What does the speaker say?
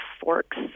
Forks